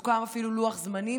סוכם אפילו על לוח זמנים,